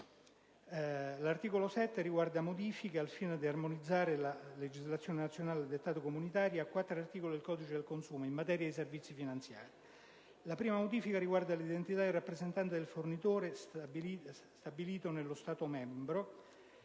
l'articolo 7, al fine di armonizzare la legislazione nazionale al dettato comunitario, apporta modifiche - a quattro articoli del codice del consumo in materia di servizi finanziari. La prima modifica riguarda l'identità del rappresentante del fornitore stabilito nello Stato membro